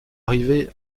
arriver